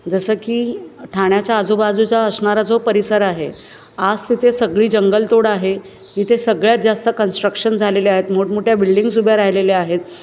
जसं की ठाण्याचा आजूबाजूचा असणारा जो परिसर आहे आज तिथे सगळी जंगलतोड आहे तिथे सगळ्यात जास्त कन्स्ट्रक्शन झालेले आहेत मोठमोठ्या बिल्डिंग्ज उभ्या राहिलेल्या आहेत